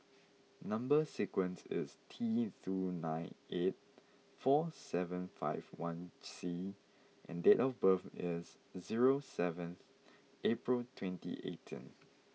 number sequence is T three nine eight four seven five one C and date of birth is zero seventh April twenty eighteenth